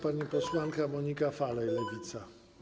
Pani posłanka Monika Falej, Lewica.